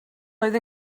oedd